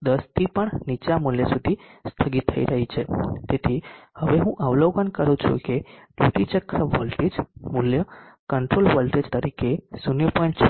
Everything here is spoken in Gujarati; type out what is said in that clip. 10 થી પણ નીચા મૂલ્ય સુધી સ્થગિત થઈ રહી છે તેથી હવે હું અવલોકન કરું છું કે ડ્યુટી ચક્ર વોલ્ટેજ મૂલ્ય કંટ્રોલ વોલ્ટેજ મૂલ્ય તરીકે 0